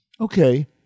Okay